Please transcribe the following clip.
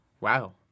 Wow